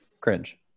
Cringe